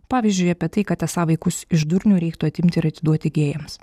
pavyzdžiui apie tai kad esą vaikus iš durnių reiktų atimti ir atiduoti gėjams